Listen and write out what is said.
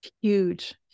Huge